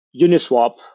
Uniswap